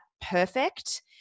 perfect